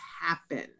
happen